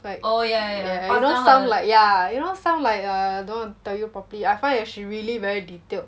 like yeah you know some like yeah you know some like uh don't tell you properly I find that she really very detailed